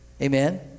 Amen